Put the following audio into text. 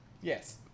Yes